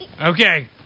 Okay